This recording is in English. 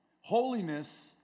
Holiness